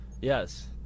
Yes